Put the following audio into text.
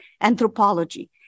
anthropology